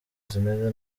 zimeze